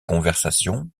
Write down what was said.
conversations